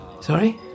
Sorry